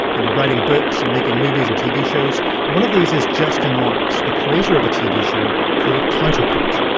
you know, writing books and making movies and tv shows. and one of these is justin marks, the creator of a tv show called counterpart.